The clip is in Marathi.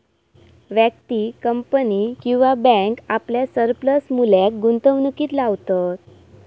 व्यक्ती, कंपनी किंवा बॅन्क आपल्या सरप्लस मुल्याक गुंतवणुकीत लावतत